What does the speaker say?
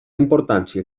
importància